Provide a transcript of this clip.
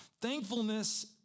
Thankfulness